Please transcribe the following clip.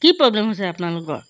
কি প্ৰব্লেম হৈছে আপোনালোকৰ